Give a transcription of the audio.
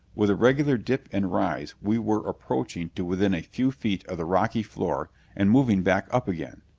with a regular dip and rise we were approaching to within a few feet of the rocky floor and moving back up again.